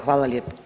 Hvala lijepa.